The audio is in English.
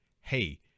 hey